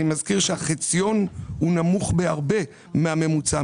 אני מזכיר שהחציון הוא נמוך בהרבה מהממוצע.